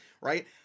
right